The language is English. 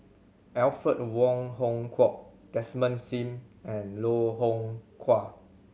Alfred Wong Hong Kwok Desmond Sim and Loh Hoong Kwan